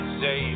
say